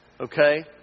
okay